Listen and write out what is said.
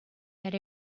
that